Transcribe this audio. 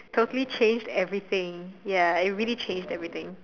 totally changed everything ya it really changed everything